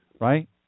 right